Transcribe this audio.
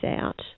out